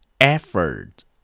Effort